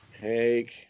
take